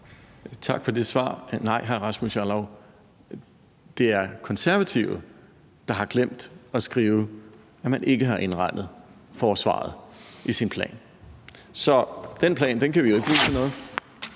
Tak for det svar. Nej, hr. Rasmus Jarlov, det er Konservative, der har glemt at skrive, at man ikke har indregnet forsvaret i sin plan. Så den plan kan vi jo ikke bruge til noget.